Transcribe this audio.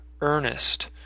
earnest